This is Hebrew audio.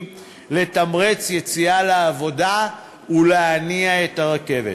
לתמרץ יציאה לעבודה ולהניע את הרכבת.